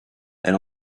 elle